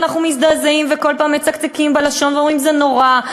ואנחנו מזדעזעים וכל פעם מצקצקים בלשון ואומרים: זה נורא,